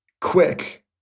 quick